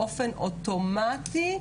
באופן אוטומטי,